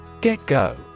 Get-go